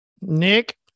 Nick